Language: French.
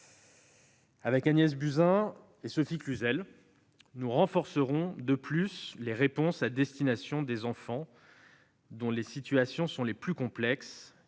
outre, Agnès Buzyn, Sophie Cluzel et moi-même renforcerons les réponses à destination des enfants dont les situations sont les plus complexes,